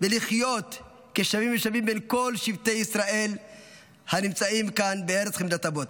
ולחיות כשווים בין שווים בין כל שבטי ישראל הנמצאים כאן בארץ חמדת אבות.